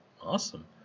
awesome